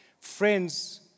Friends